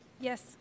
Yes